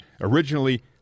Originally